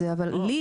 אבל לי,